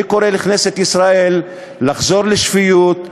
אני קורא לכנסת ישראל לחזור לשפיות,